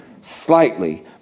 slightly